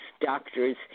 doctors